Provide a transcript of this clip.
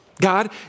God